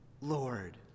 Lord